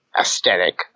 aesthetic